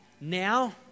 Now